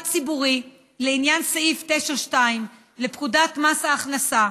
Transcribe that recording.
ציבורי לעניין סעיף 9(2) לפקודת מס הכנסה,